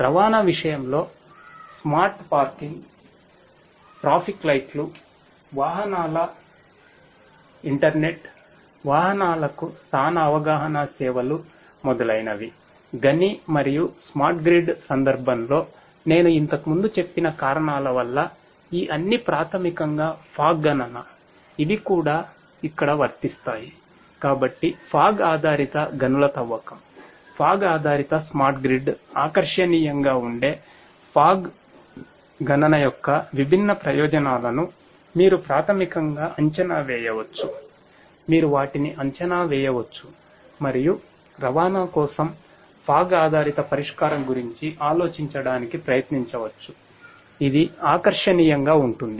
రవాణా విషయంలో smart parking ఆధారిత పరిష్కారం గురించి ఆలోచించటానికి ప్రయత్నించవచ్చు ఇది ఆకర్షణీయంగా ఉంటుంది